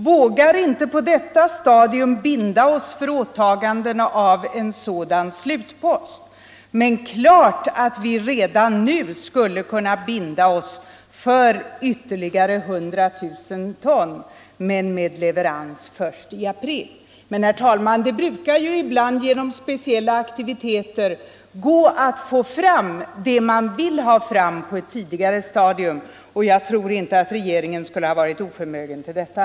Vågar inte på detta stadium binda oss för åtaganden av en sådan slutpost men klart att vi redan nu skulle kunna binda oss för ytterligare 100 000 ton, men med leverans först i april.” Herr talman! Det brukar ibland genom speciella aktiviteter gå att få fram det man vill ha fram på ett tidigare stadium, och jag tror inte att regeringen skulle ha varit oförmögen till detta.